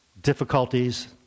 difficulties